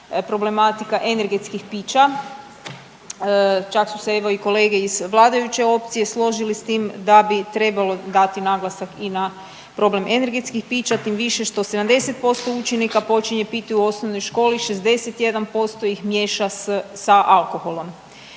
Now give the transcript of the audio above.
problematika energetskih pića. Čak su se evo i kolege iz vladajuće opcije složili s tim da bi trebalo dati naglasak i na problem energetskih pića tim više što 70% učenika počinje piti u osnovnoj školi, 61% ih miješa sa alkoholom.